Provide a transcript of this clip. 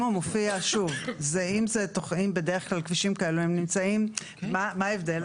שוב, מה ההבדל?